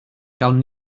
gawn